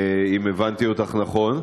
אם הבנתי אותך נכון.